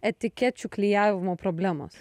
etikečių klijavimo problemos